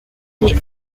les